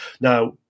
Now